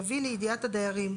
יביא לידיעת הדיירים,